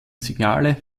signale